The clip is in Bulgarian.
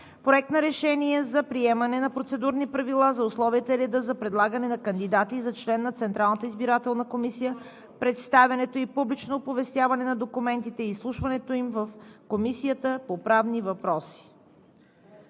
Проект на решение за приемане на Процедурни правила за условията и реда за предлагане на кандидати за член на Централната избирателна комисия, представянето и публичното оповестяване на документите и изслушването им в Комисията по правни въпроси.